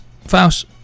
Faust